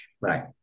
Right